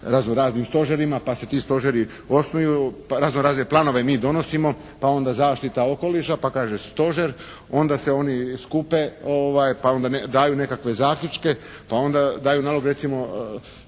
razno raznim stožerima pa se ti stožeri osnuju, razno razne planove mi donosimo, pa onda zaštita okoliša. Pa kaže stožer. Onda se oni skupe, pa daju nekakve zaključke, pa onda daju nalog recimo